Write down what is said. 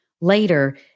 Later